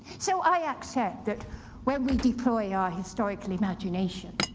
so i accept that when we deploy our historical imagination,